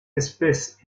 espèce